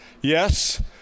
Yes